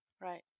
right